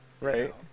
Right